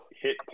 hit